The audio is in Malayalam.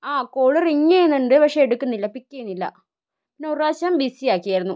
ആ കോള് റിംഗ് ചെയ്യുന്നുണ്ട് പക്ഷേ എടുക്കുന്നില്ല പിക്ക് ചെയ്യുന്നില്ല പിന്നെ ഒരു പ്രാവശ്യം ബിസി ആക്കിയായിരുന്നു